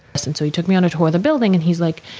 but and so, he took me on a tour of the building and he's like,